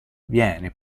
viene